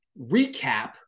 recap